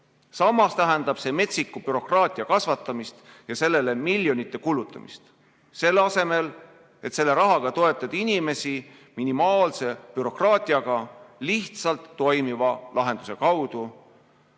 Samas tähendab see metsiku bürokraatia kasvatamist ja sellele miljonite kulutamist, selle asemel et selle rahaga toetada inimesi minimaalse bürokraatiaga, lihtsalt toimiva lahenduse abil.